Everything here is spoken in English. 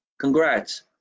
Congrats